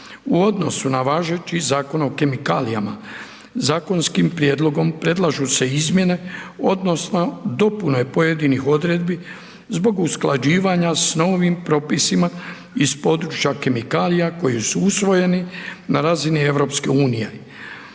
U odnosu na važeći Zakon o kemikalijama, zakonskim prijedlogom predlažu se izmjene odnosno dopune pojedinih odredbi zbog usklađivanja s novim propisima iz područja kemikalija koji su usvojeni na razini EU.